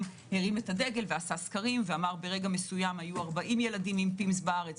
הרים את הדגל ועשה סקרים ואמר: ברגע מסוים היו 40 ילדים עם PIMS בארץ,